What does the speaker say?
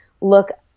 look –